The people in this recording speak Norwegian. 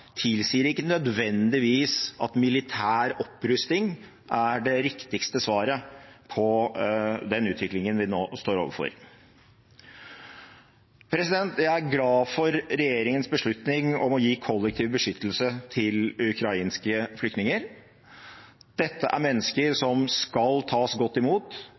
tilsier ikke nødvendigvis at militær opprustning er det riktigste svaret på den utviklingen vi nå står overfor. Jeg er glad for regjeringens beslutning om å gi kollektiv beskyttelse til ukrainske flyktninger. Dette er mennesker som skal tas godt imot.